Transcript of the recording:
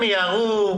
הם מיהרו,